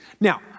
Now